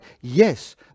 Yes